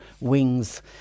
wings